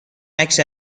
عکسی